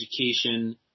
education